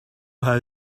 how